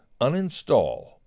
uninstall